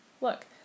Look